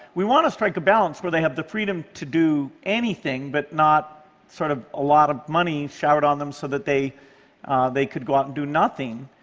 we want to strike a balance where they have the freedom to do anything but not sort of a lot of money showered on them so they they could go out and do nothing.